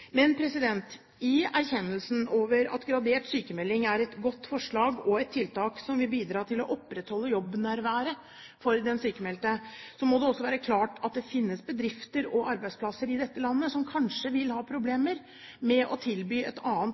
Men i erkjennelsen over at gradert sykmelding er et godt forslag og et tiltak som vil bidra til å opprettholde jobbnærværet for den sykmeldte, må det også være klart at det finnes bedrifter og arbeidsplasser i dette landet som kanskje vil ha problemer med å tilby et annet